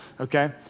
okay